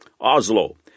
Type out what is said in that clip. Oslo